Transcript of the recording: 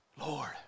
Lord